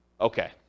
okay